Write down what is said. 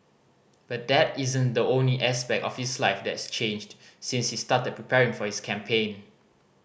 but that isn't the only aspect of his life that's changed since he started preparing for his campaign